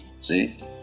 See